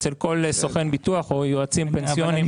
אצל כל סוכן ביטוח או יועצים פנסיונים הוא